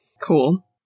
cool